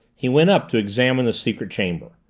he went up to examine the secret chamber.